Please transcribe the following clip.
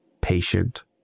patient